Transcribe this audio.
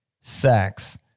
sex